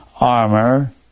armor